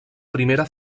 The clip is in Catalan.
primera